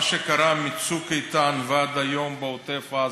מה שקרה מצוק איתן ועד היום בעוטף עזה,